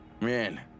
Man